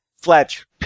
Fletch